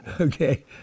okay